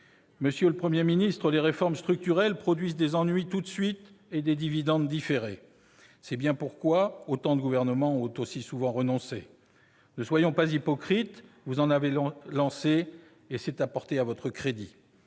Monsieur le Premier ministre, les réformes structurelles produisent des ennuis tout de suite et des dividendes différés. C'est bien pourquoi autant de gouvernements ont aussi souvent renoncé. Ne soyons pas hypocrites ! Vous en avez lancé. C'est à porter à votre crédit.